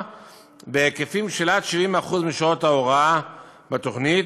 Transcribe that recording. בהיקפים של עד 70% משעות ההוראה בתוכנית,